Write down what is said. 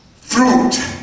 Fruit